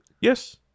Yes